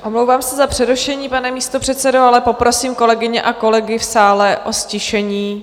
Omlouvám se za přerušení, pane místopředsedo, ale poprosím kolegyně a kolegy v sále o ztišení.